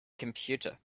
computer